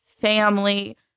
family